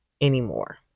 anymore